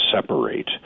separate